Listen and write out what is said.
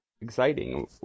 exciting